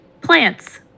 plants